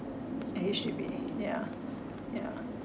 a H_D_B yeah yeah